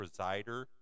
presider